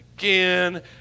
again